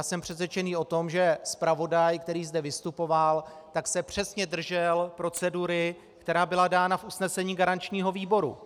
Jsem přesvědčen o tom, že zpravodaj, který zde vystupoval, se přesně držel procedury, která byla dána v usnesení garančního výboru.